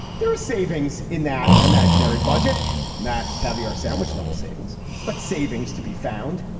there is savings in that imaginary budget not caviar sandwich level savings but savings to be found.